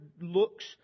looks